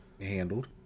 handled